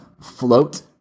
float